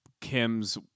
Kim's